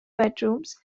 bedrooms